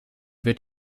wird